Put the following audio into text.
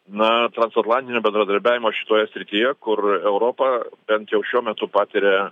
na transatlantinio bendradarbiavimo šitoje srityje kur europa bent jau šiuo metu patiria